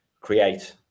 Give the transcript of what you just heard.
create